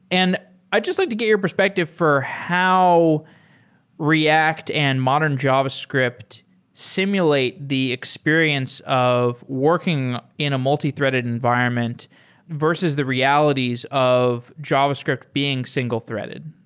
and i just like to get your perspective for how react and modern javascript simulate the experience of working in a multithreaded environment versus the realities of javascript being single-threaded